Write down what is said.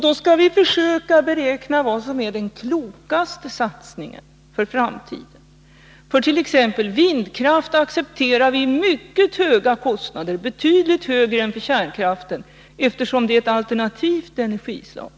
Då skall vi försöka beräkna vad som är den klokaste satsningen för framtiden. För t.ex. vindkraft accepterar vi mycket höga kostnader, betydligt högre än för kärnkraft, eftersom det är ett alternativt energislag.